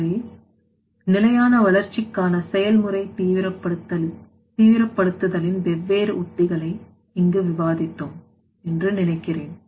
எனவே நிலையான வளர்ச்சிக்கான செயல்முறை தீவிரப்படுத்துதலின் வெவ்வேறு உத்திகளை இங்கு விவாதித்தோம் என்று நினைக்கிறேன்